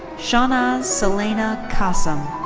shahnaz selena kasam.